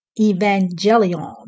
evangelion